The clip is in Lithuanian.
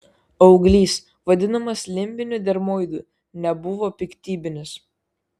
auglys vadinamas limbiniu dermoidu nebuvo piktybinis